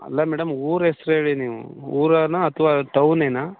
ಅಲ್ಲ ಮೇಡಮ್ ಊರ ಹೆಸ್ರೇಳಿ ನೀವು ಊರೇನಾ ಅಥವಾ ಟೌನೇನಾ